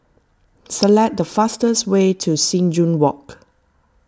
select the fastest way to Sing Joo Walk